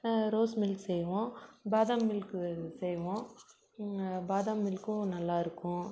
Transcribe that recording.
rose milk செய்வோம் பாதாம் milk செய்வோம் பாதாம் மில்க்கும் நல்லா இருக்கும்